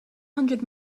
hundred